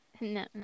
no